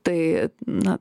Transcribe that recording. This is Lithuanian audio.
tai na